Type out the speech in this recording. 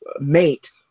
mate